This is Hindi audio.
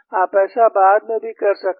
आप ऐसा बाद में भी कर सकते हैं